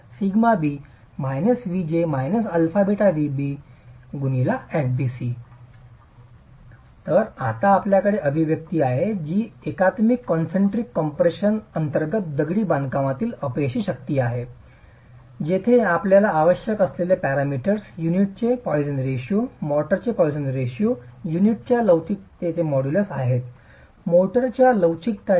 fbc तर आता आपल्याकडे अभिव्यक्ती आहे जी एकात्मिक कॉन्सेन्ट्रिक कम्प्रेशन अंतर्गत दगडी बांधकामातील अपयशी शक्ती आहे जेथे आपल्याला आवश्यक असलेले पॅरामीटर्स युनिटचे पोयसन रेशो मोर्टारचे पॉईसन रेशो युनिटच्या लवचिकतेचे मॉड्यूलस आहेत मोर्टार च्या लवचिकता च्या